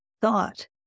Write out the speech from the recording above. thought